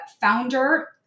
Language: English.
founder